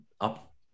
up